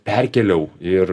perkėliau ir